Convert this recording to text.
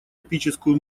эпическую